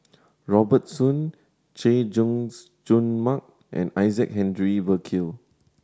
Robert Soon Chay Jung Jun Mark and Isaac Henry Burkill